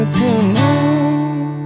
tonight